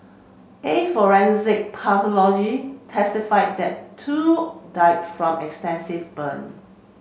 a forensic pathologist testified that two died from extensive burn